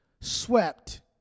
swept